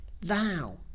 Thou